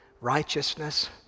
righteousness